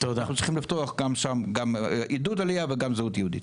אנחנו צריכים לפתוח שם גם עידוד עליה וגם זהות יהודית.